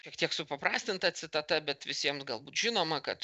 šiek tiek supaprastinta citata bet visiems galbūt žinoma kad